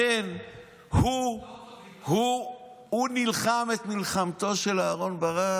לכן הוא נלחם את מלחמתו של אהרן ברק.